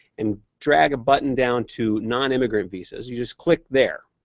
and drag a button down to non-immigrant visas, you just click there.